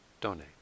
donate